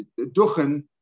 duchen